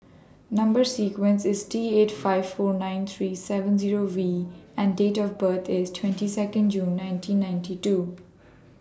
Number sequence IS T eight five four nine three seven Zero V and Date of birth IS twenty Second June nineteen ninety two